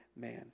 man